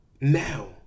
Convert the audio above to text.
now